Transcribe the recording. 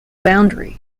boundary